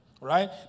Right